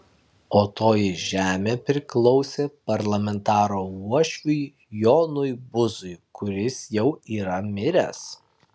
o toji žemė priklausė parlamentaro uošviui jonui buzui kuris jau yra miręs